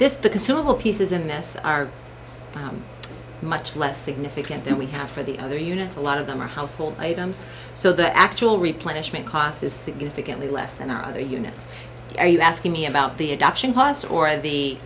this are much less significant than we have for the other units a lot of them are household items so the actual replenish may cost is significantly less than other units are you asking me about the adoption cost or the